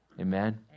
Amen